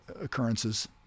occurrences